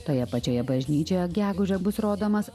toje pačioje bažnyčioje gegužę bus rodomas